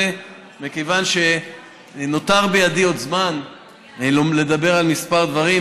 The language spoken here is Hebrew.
מכיוון שנותר בידי עוד זמן לדבר על כמה דברים,